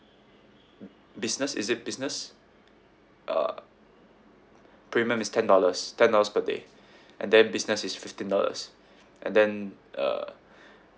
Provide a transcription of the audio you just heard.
mm business is it business uh premium is ten dollars ten dollars per day and then business is fifteen dollars and then uh